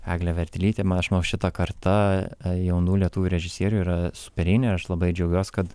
eglė vertelytė man aš manau šita karta jaunų lietuvių režisierių yra superinė ir aš labai džiaugiuos kad